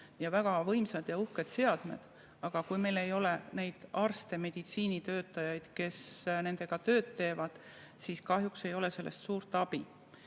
väga võimsad ja uhked seadmed, aga kui meil ei ole arste, meditsiinitöötajaid, kes nendega tööd teevad, siis kahjuks ei ole sellest suurt abi.